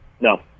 no